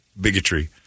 bigotry